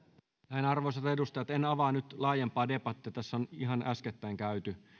arvoisat edustajat en avaa nyt laajempaa debattia tässä on ihan äskettäin käyty